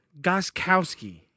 Goskowski